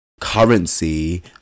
Currency